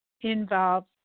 involves